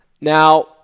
Now